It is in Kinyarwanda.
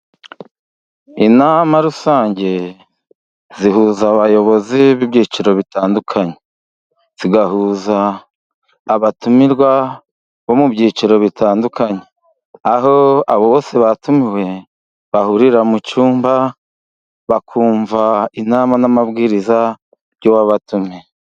Inama rusange zihuza abayobozi b'ibyiciro bitandukanye, zihuza abatumirwa bo mu byiciro bitandukanye, aho abo bose batumiwe bahurira mu cyumba, bakumva inama n'amabwiriza by'uwabatumiye.